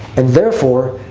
and therefore,